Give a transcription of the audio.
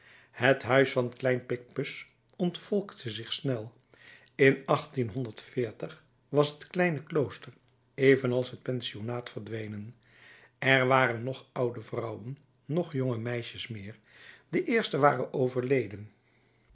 het huis van klein picpus ontvolkte zich snel in was het kleine klooster evenals het pensionaat verdwenen er waren noch oude vrouwen noch jonge meisjes meer de eersten waren overleden